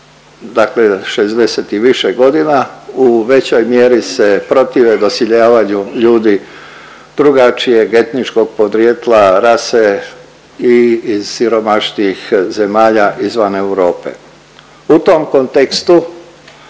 dakle 60 i više godina u većoj mjeri se protive doseljavanju ljudi drugačijeg etničkog podrijetla, rase i iz siromašnijih zemalja izvan Europe. U tom kontekstu